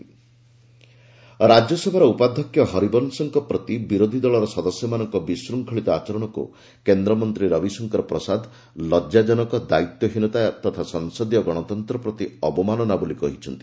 Ravishankar Prasad opposition ରାଜ୍ୟସଭାର ଉପାଧ୍ୟକ୍ଷ ହରିବଂଶଙ୍କ ପ୍ରତି ବିରୋଧୀ ଦଳ ସଦସ୍ୟମାନଙ୍କ ବିଶୃଙ୍ଗଳିତ ଆଚରଣକୁ କେନ୍ଦ୍ରମନ୍ତ୍ରୀ ରବିଶଙ୍କର ପ୍ରସାଦ ଲଜାଜନକ ଦାୟିତ୍ୱହୀନତା ତଥା ସଂସଦୀୟ ଗଣତନ୍ତ୍ର ପ୍ତି ଅବମାନନା ବୋଲି କହିଛନ୍ତି